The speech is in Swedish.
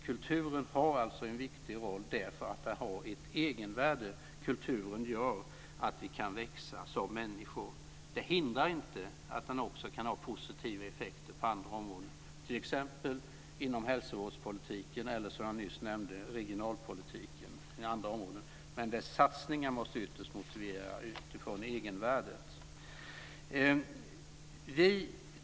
Kulturen har alltså en viktig roll därför att den har ett egenvärde. Kulturen gör att vi kan växa som människor. Det hindrar inte att den också kan ha positiva effekter på andra områden, t.ex. inom hälsovårdspolitiken eller som jag nyss nämnde regionalpolitiken. Men satsningarna måste ytterst motiveras utifrån egenvärdet.